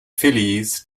phillies